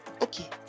Okay